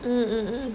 mmhmm mmhmm mmhmm